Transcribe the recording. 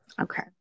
Okay